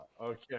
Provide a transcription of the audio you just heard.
Okay